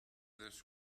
this